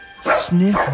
sniff